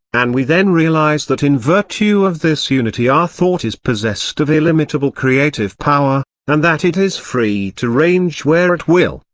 and we then realise that in virtue of this unity our thought is possessed of illimitable creative power, and that it is free to range where it will,